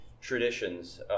traditions